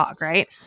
right